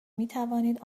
میتوانید